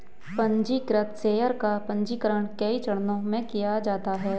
पन्जीकृत शेयर का पन्जीकरण कई चरणों में किया जाता है